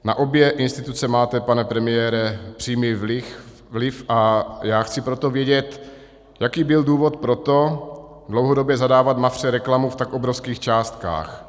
Na obě instituce máte, pane premiére, přímý vliv, a já chci proto vědět, jaký byl důvod pro to dlouhodobě zadávat Mafře reklamu v tak obrovských částkách.